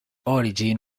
origin